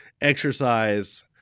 exercise